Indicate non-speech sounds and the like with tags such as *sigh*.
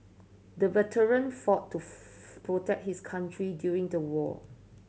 the veteran fought to *unintelligible* protect his country during the war